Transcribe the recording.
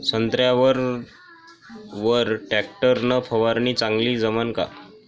संत्र्यावर वर टॅक्टर न फवारनी चांगली जमन का?